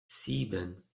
sieben